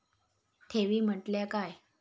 ठेवी म्हटल्या काय?